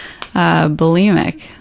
bulimic